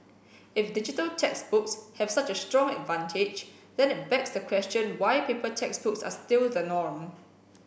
if digital textbooks have such a strong advantage then it begs the question why paper textbooks are still the norm